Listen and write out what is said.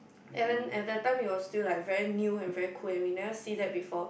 and then at that time it was still like very new and very cool and we never see that before